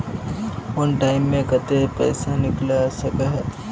वन time मैं केते पैसा निकले सके है?